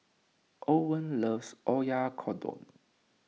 Owen loves Oyakodon